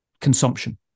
consumption